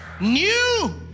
new